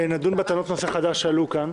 אני מציע שנדון בטענות נושא חדש שעלו כאן,